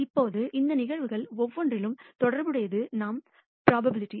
இப்போது இந்த நிகழ்வுகள் ஒவ்வொன்றிலும் தொடர்புடையது நாம் ப்ரோபபிலிட்டி